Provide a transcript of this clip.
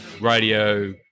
radio